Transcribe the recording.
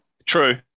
True